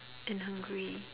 and hungry